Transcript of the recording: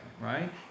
right